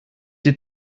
die